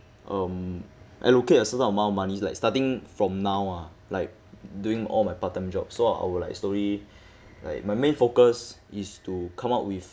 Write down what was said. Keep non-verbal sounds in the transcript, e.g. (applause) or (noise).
um allocate a certain amount of money like starting from now ah like doing all my part time job so I will like slowly (breath) like my main focus is to come up with